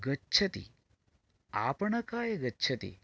गच्छति आपणकाय गच्छति